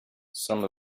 some